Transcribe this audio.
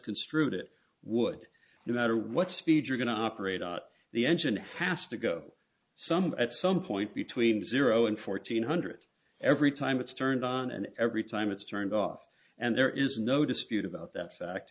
construed it would no matter what speed you're going to operate on the engine has to go some at some point between zero and fourteen hundred every time it's turned on and every time it's turned off and there is no dispute about that fact